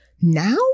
now